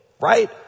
right